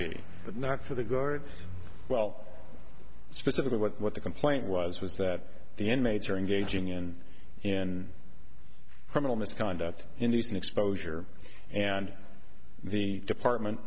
be but not for the guards well specifically what the complaint was was that the inmates are engaging in and criminal misconduct indecent exposure and the department